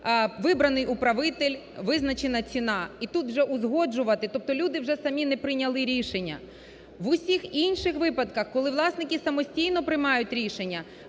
вибраний управитель, визначена ціна і тут вже узгоджувати, тобто люди вже самі не прийняли рішення. В усіх інших випадках, коли власники самостійно приймають рішення,